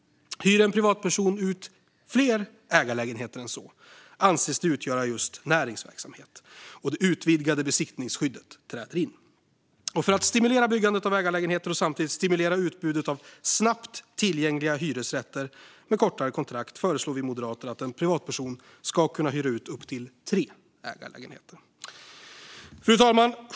Hyr en privatperson ut fler ägarlägenheter än så anses det utgöra just näringsverksamhet, och det utvidgade besittningsskyddet träder in. För att stimulera byggandet av ägarlägenheter och samtidigt stimulera utbudet av snabbt tillgängliga hyresrätter för kortare kontrakt föreslår vi moderater att en privatperson ska kunna hyra ut upp till tre ägarlägenheter. Fru talman!